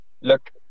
look